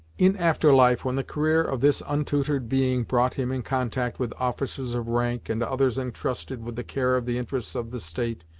in after life, when the career of this untutored being brought him in contact with officers of rank, and others entrusted with the care of the interests of the state,